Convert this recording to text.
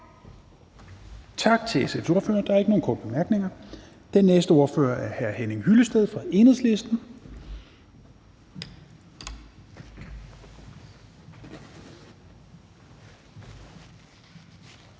Tak til SF's ordfører. Der er ikke nogen korte bemærkninger. Den næste ordfører er hr. Henning Hyllested fra Enhedslisten.